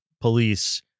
police